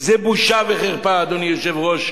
זה בושה וחרפה, אדוני היושב-ראש.